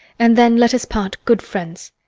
and then let us part good friends.